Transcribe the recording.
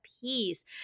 peace